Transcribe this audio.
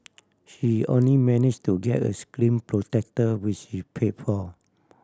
she only manage to get a screen protector which she paid for